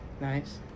Nice